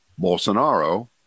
Bolsonaro